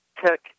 tech